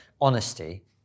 Honesty